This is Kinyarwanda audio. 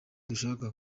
dushaka